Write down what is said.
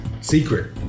Secret